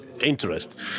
interest